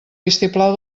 vistiplau